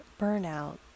burnout